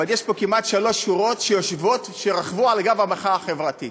אבל יש פה כמעט שלוש שורות שיושבות שרכבו על גב המחאה החברתית,